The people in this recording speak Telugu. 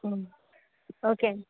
ఓకే అండి